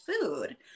food